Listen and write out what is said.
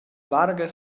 varga